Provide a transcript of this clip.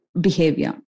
behavior